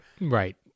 Right